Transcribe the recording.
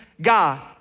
God